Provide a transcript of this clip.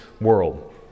world